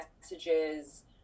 messages